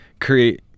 create